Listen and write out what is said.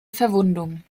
verwundung